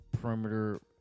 perimeter